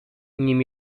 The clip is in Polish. nim